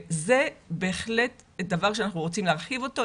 זה בהחלט דבר שאנחנו רוצים להרחיב אותו.